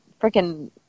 freaking